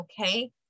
okay